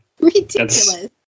Ridiculous